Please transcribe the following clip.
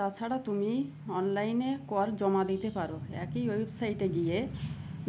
তাছাড়া তুমি অনলাইনে কর জমা দিতে পারো একই ওয়েবসাইটে গিয়ে